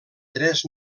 tres